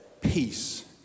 Peace